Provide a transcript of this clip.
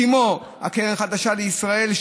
כמו הקרן החדשה לישראל,